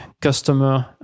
customer